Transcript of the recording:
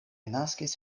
naskis